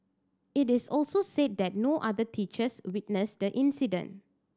it also said that no other teachers witnessed the incident